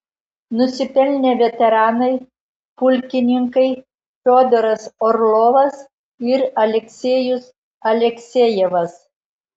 nusipelnę veteranai pulkininkai fiodoras orlovas ir aleksejus aleksejevas